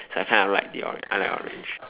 so I kind of like the orange I like orange